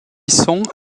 sont